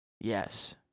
Yes